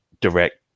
direct